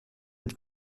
être